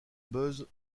buzz